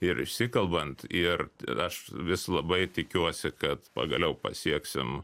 ir išsikalbant ir aš vis labai tikiuosi kad pagaliau pasieksim